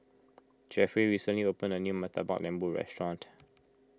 Jeffrey recently opened a new Murtabak Lembu restaurant